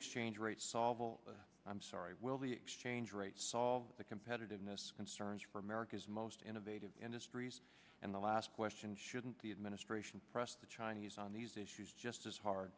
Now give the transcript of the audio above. exchange rates solve all i'm sorry will the exchange rate solve the competitiveness concerns for america's most innovative industries and the last question shouldn't the administration press the chinese on these issues just as hard